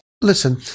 Listen